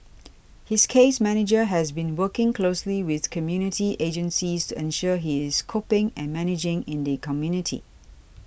his case manager has been working closely with community agencies to ensure he is coping and managing in the community